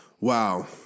Wow